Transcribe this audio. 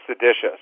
seditious